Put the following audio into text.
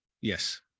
Yes